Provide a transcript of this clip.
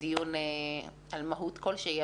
דיון על מהות כלשהי,